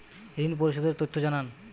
ঋন পরিশোধ এর তথ্য জানান